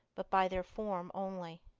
but by their form only.